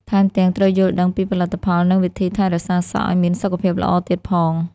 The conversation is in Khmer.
ថែមទាំង ត្រូវយល់ដឹងពីផលិតផល និងវិធីថែរក្សាសក់ឱ្យមានសុខភាពល្អទៀតផង។